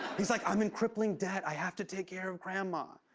he's like, i'm in crippling debt. i have to take care of grandma.